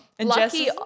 Lucky